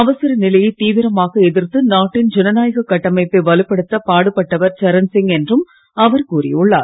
அவசர நிலையை தீவிரமாக எதிர்த்து நாட்டின் ஜனநாயக கட்டமைப்பை வலுப்படுத்த பாடுபட்டவர் சரண்சிங் என்றும் அவர் கூறியுள்ளார்